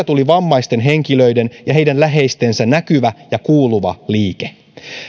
tuli vammaisten henkilöiden ja heidän läheistensä näkyvä ja kuuluva liike